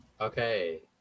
Okay